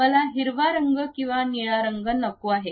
मला हिरवा रंगकिंवा निळा रंग नको आहे